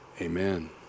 Amen